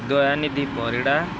Dayanidhi Parida